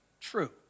True